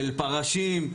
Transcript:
של פרשים,